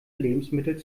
lebensmittel